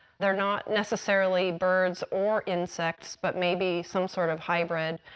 they're not necessarily birds or insects, but maybe some sort of hybrid,